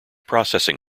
processing